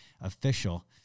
official